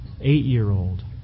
eight-year-old